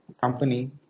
company